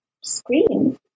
scream